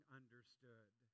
understood